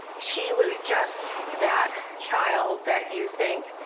she was just that child that you think,